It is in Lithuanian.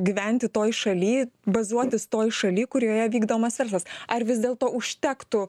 gyventi toj šaly bazuotis toj šaly kurioje vykdomas verslas ar vis dėlto užtektų